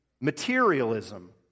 materialism